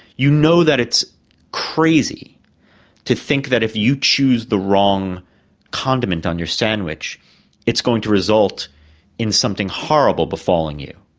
you know that it's crazy to think that if you choose the wrong condiment on your sandwich it's going to result in something horrible befalling you.